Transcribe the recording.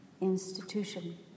institution